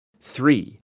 Three